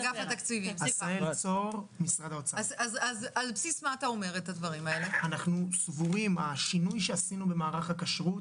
על בסיס מה אתה אומר את הדברים האלה השינוי שעשינו במערך הכשרות,